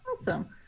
awesome